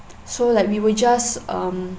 so like we will just um